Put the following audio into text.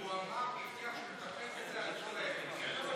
והוא אמר והבטיח שהוא יטפל בזה עד שעות הערב.